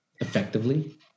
effectively